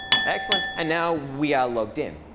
excellent. and now we are logged in.